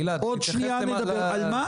גלעד, תדבר על הנושא.